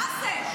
מה זה?